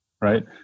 right